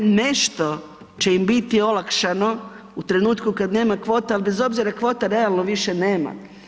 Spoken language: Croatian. Nešto će im biti olakšano u trenutku kad nema kvota, ali bez obzira kvota realno više nema.